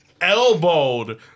elbowed